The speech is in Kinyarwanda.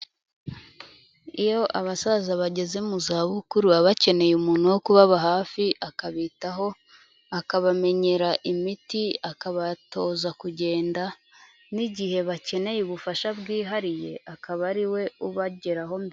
Iyo abasaza bageze mu za bukuru baba bakeneye umuntu wo kubaba hafi akabitaho, akabamenyera imiti akabatoza kugenda, n'igihe bakeneye ubufasha bwihariye akaba ariwe ubageraho.